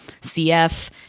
CF